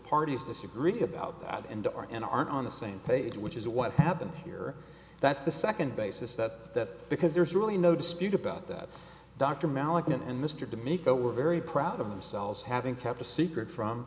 parties disagree about that and are and aren't on the same page which is what happened here that's the second basis that because there's really no dispute about that dr malik and mr to make that we're very proud of themselves having kept a secret from